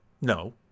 No